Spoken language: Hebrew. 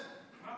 בהחלט.